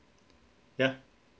ya